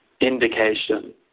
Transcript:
indication